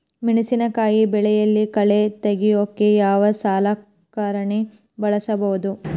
ಮೆಣಸಿನಕಾಯಿ ಬೆಳೆಯಲ್ಲಿ ಕಳೆ ತೆಗಿಯೋಕೆ ಯಾವ ಸಲಕರಣೆ ಬಳಸಬಹುದು?